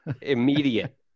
immediate